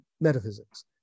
metaphysics